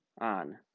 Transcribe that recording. on